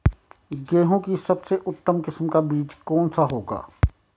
गेहूँ की सबसे उत्तम किस्म का बीज कौन सा होगा?